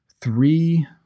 three